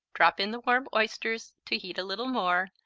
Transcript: drop in the warm oysters to heat a little more,